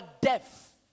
deaf